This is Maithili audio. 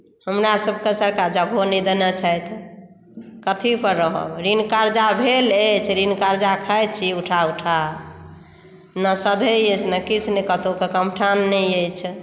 हमरासभकेँ सरकार जगहो नहि देने छथि कथी पर रहब ऋण कर्जा भेल अछि ऋण कर्जा खाइत छी उठा उठा ने सधैत अछि ने किछु कतहुक कमठान नहि अछि